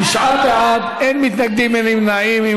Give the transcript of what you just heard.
תשעה בעד, אין מתנגדים, אין נמנעים.